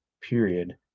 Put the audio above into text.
period